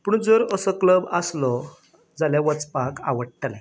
पूण जर असो क्लब आसलो जाल्यार वचपाक आवडटलें